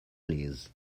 please